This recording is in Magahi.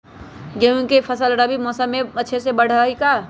गेंहू के फ़सल रबी मौसम में अच्छे से बढ़ हई का?